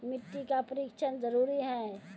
मिट्टी का परिक्षण जरुरी है?